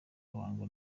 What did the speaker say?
ruhango